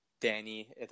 Danny